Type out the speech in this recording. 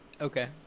okay